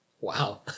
Wow